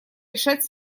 решать